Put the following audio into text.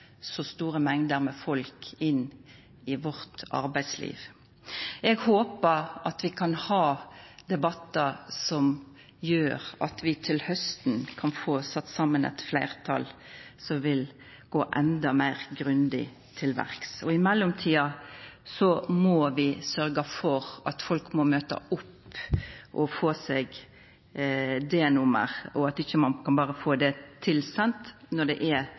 så store mengder med folk inn i arbeidslivet vårt. Eg håpar at vi kan ha debattar som gjer at vi til hausten kan få sett saman eit fleirtal som vil gå enda meir grundig til verks. I mellomtida må vi sørgje for at folk møter opp og får seg D-nummer, og at ein ikkje berre kan få det tilsendt, når det er